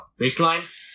baseline